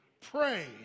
pray